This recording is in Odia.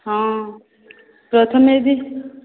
ହଁ ପ୍ରଥମେ ବି